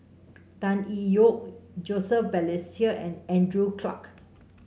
Tan Ye Yoke Joseph Balestier and Andrew Clarke